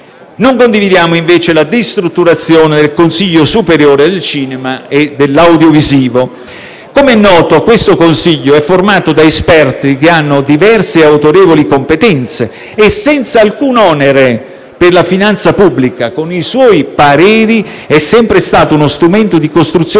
Non condividiamo, invece, la destrutturazione del Consiglio superiore del cinema e dell'audiovisivo. Com'è noto, questo Consiglio è formato da esperti che hanno diverse e autorevoli competenze e, senza alcun onere per la finanza pubblica, con i suoi pareri è sempre stato uno strumento di costruzione